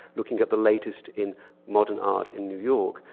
looking at the latest in modern art in new york.